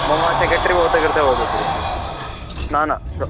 मम सेक्रेटरि भवतः कृते वदति न न श्वः